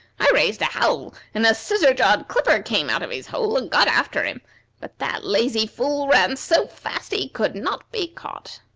i raised a howl, and a scissor-jawed clipper came out of his hole, and got after him but that lazy fool ran so fast that he could not be caught.